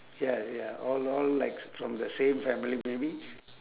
ya ya all all like s~ from the same family maybe